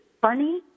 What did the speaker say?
funny